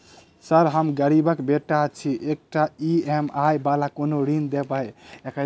Sir हम गरीबक बेटा छी एकटा ई.एम.आई वला कोनो ऋण देबै?